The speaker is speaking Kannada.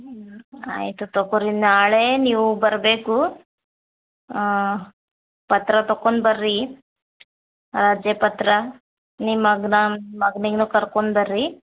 ಆಯಿತು ತಗೊರಿ ನಾಳೆ ನೀವು ಬರಬೇಕು ಪತ್ರ ತಕೊಂಡ್ ಬರ್ರಿ ರಜೆ ಪತ್ರ ನಿಮ್ಮ ಮಗನ ಮಗನಿಗ್ನೂ ಕರ್ಕೊಂಡ್ ಬರ್ರಿ